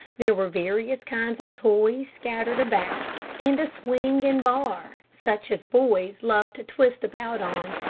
there were various kinds of toys scattered about and a swing and bar, such as boys love to twist about on,